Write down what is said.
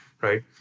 right